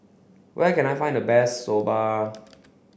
where can I find the best Soba